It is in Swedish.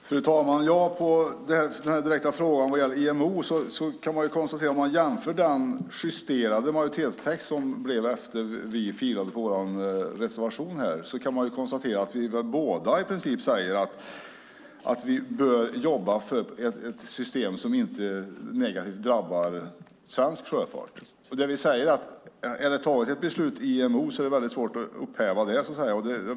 Fru talman! På den direkta frågan om IMO kan man om man jämför den justerade majoritetstext som blev efter att vi filade på vår reservation konstatera att vi båda i princip säger att vi bör jobba för ett system som inte negativt drabbar svensk sjöfart. Det vi säger är att om ett beslut är taget i IMO så är det väldigt svårt att upphäva det.